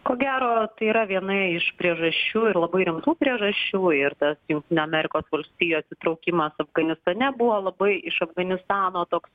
ko gero tai yra viena iš priežasčių ir labai rimtų priežasčių ir tas jungtinių amerikos valstijų atsitraukimas afganistane buvo labai iš afganistano toks